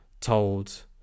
told